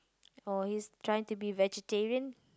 or is trying to be vegetarian